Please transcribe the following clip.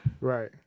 Right